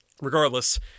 regardless